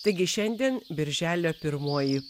taigi šiandien birželio pirmoji